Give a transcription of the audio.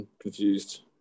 confused